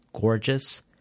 gorgeous